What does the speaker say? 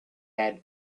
had